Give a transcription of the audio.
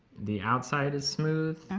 the outside is smooth.